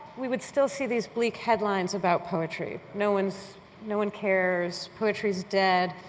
we would still see these bleak headlines about poetry. no one's no one cares. poetry's dead.